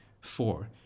Four